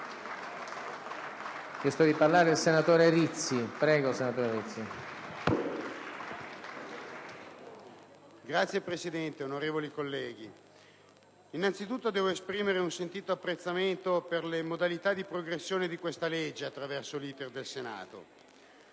Signor Presidente, onorevoli colleghi, innanzitutto devo esprimere un sentito apprezzamento per le modalità di progressione di questo disegno di legge seguite attraverso l'*iter* del Senato.